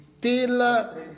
till